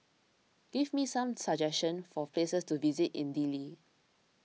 give me some suggestions for places to visit in Dili